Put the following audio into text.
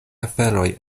aferoj